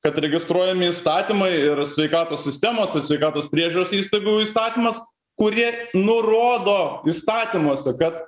kad registruojami įstatymai ir sveikatos sistemos sveikatos priežiūros įstaigų įstatymas kurie nurodo įstatymuose kad